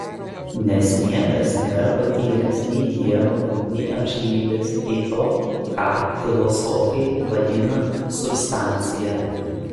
nes niekas nėra patyręs nei dievo nei amžinybės nei to ką filosofai vadina substancija